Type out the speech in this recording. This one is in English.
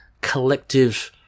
collective